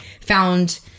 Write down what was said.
found